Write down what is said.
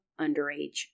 underage